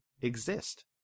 exist